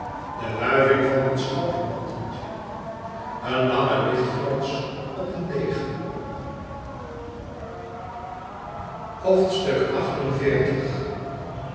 de wuiving van een schoudermanteltje een lange lichtglans op een degen